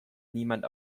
niemand